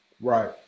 Right